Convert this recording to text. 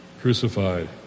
crucified